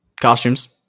Costumes